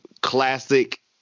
classic